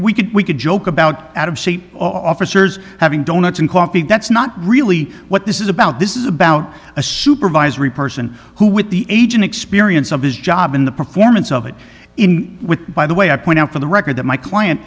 we could we could joke about out of state officers having donuts and coffee that's not really what this is about this is about a supervisory person who with the age and experience of his job in the performance of it in with by the way i point out for the record that my client